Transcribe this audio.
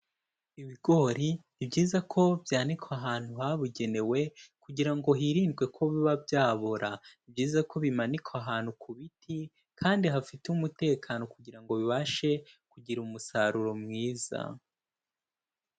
Ibigori ni byiza ko byandikwa ahantu habugenewe kugira ngo hirindwe ko biba byabora, ni byiza ko bimanikwa ahantu ku biti kandi hafite umutekano kugira ngo bibashe kugira umusaruro mwiza.